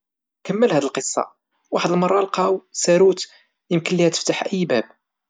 كمل هاد القصة، واحد المرة لقاء ساروت يمكن ليها تفتح اي باب.